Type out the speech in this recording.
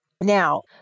Now